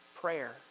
prayer